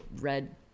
red